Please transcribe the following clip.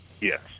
Yes